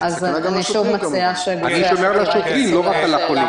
אני שומר על השוטרים, לא רק על החולים.